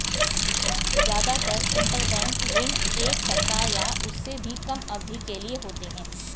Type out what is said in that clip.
जादातर इन्टरबैंक ऋण एक सप्ताह या उससे भी कम अवधि के लिए होते हैं